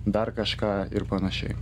dar kažką ir panašiai